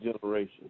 Generation